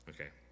Okay